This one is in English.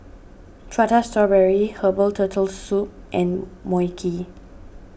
Prata Strawberry Herbal Turtle Soup and Mui Kee